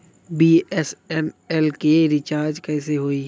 BSNL के recharge कैसे होयी?